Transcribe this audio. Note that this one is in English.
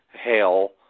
hail